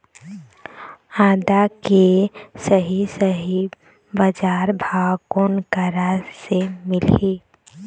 आदा के सही सही बजार भाव कोन करा से मिलही?